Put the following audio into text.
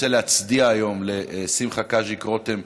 רוצה להצדיע היום לשמחה קטז'יק רותם,